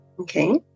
Okay